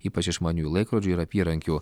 ypač išmaniųjų laikrodžių ir apyrankių